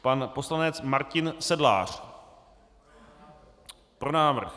Pan poslanec Martin Sedlář: Pro návrh.